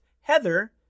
Heather